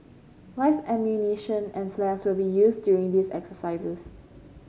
live ammunition and flares will be used during these exercises